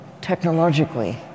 technologically